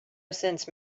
sense